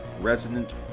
resident